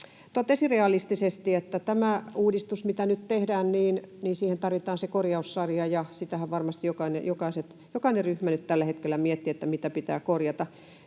totesi realistisesti, että tähän uudistukseen, mitä nyt tehdään, tarvitaan se korjaussarja, ja sitähän varmasti jokainen ryhmä nyt tällä hetkellä miettii, että mitä pitää korjata.